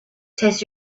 test